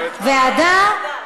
ועדה?